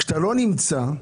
כל אלה שהם בציבור הכללי,